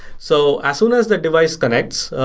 so as soon as the device connects,